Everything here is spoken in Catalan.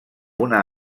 una